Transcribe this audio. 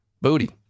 Booty